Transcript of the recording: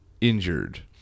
injured